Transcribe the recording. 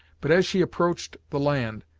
but as she approached the land,